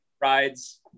rides